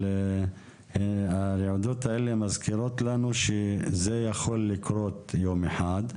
אבל הרעידות האלה מזכירות לנו שזה יכול לקרות יום אחד.